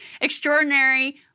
extraordinary